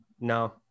no